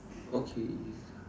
okay